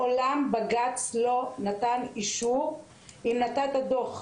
מעולם בג"ץ לא נתן אישור אם נתת דוח,